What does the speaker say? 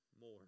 more